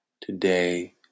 today